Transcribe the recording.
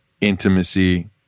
intimacy